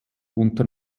unter